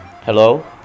Hello